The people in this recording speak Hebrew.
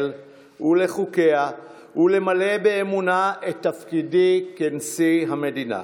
ולחוקיה ולמלא באמונה את תפקידי כנשיא המדינה.